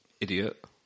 idiot